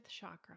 chakra